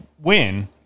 win